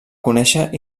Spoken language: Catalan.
conèixer